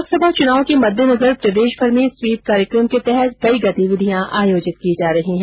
लोकसभा चुनाव के मददेनजर प्रदेशभर में स्वीप कार्यक्रम के तहत कई गतिविधियां आयोजित की जा रही है